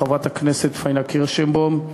חברת הכנסת פניה קירשנבאום,